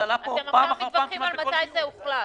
אתם עכשיו מתווכחים על מתי זה הוחלט.